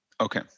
Okay